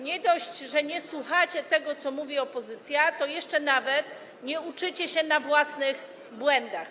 Nie dość, że nie słuchacie tego, co mówi opozycja, to jeszcze nawet nie uczycie się na własnych błędach.